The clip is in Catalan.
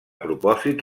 propòsits